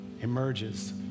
emerges